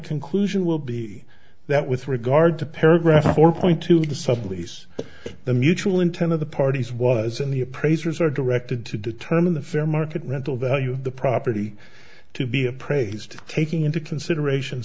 conclusion will be that with regard to paragraph four point two the subways the mutual intent of the parties was and the appraisers are directed to determine the fair market rental value of the property to be appraised taking into consideration